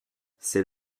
c’est